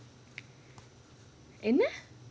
என்ன:enna